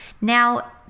Now